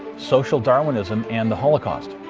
social darwinism and the holocaust.